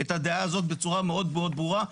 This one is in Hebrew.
את הדעה הזאת בצורה מאוד ברורה,